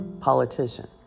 Politician